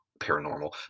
paranormal